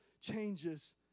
changes